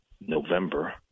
November